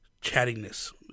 chattiness